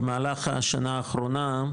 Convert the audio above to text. במהלך השנה האחרונה,